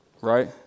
right